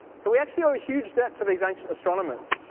so we actually owe a huge debt to these ancient astronomers,